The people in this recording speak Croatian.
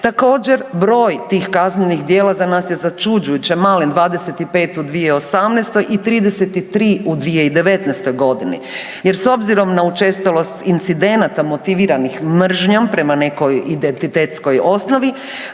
Također, broj tih kaznenih djela za nas je začuđujuće malen 25 u 2018. i 33 u 2019. godini jer s obzirom na učestalost incidenata motiviranih mržnjom prema nekoj identitetskoj osnovi